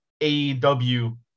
AEW